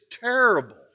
terrible